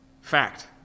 fact